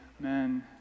Amen